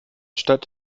stadt